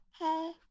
Hey